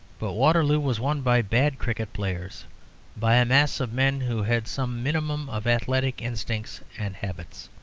but waterloo was won by bad cricket-players by a mass of men who had some minimum of athletic instincts and habits.